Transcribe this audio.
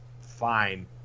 fine